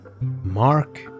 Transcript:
Mark